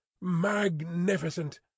magnificent